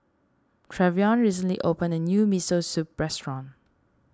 Trevion recently opened a new Miso Soup restaurant